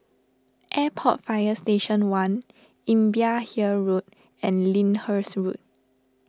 Airport Fire Station one Imbiah Hill Road and Lyndhurst Road